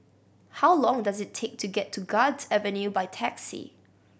how long does it take to get to Guards Avenue by taxi